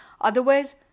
otherwise